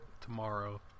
tomorrow